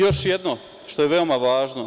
Još jedno, što je veoma važno.